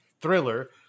thriller